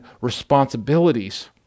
responsibilities